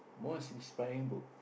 most inspiring book